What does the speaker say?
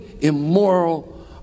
immoral